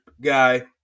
guy